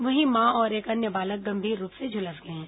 वहीं मां और एक अन्य बालक गंभीर रूप से झुलस गए हैं